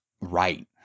right